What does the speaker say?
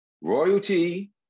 Royalty